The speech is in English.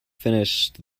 finished